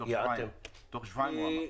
תוך שבועיים הוא אמר.